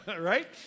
right